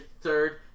third